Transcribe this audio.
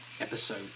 Episode